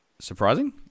surprising